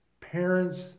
parents